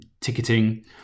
ticketing